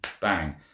bang